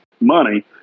money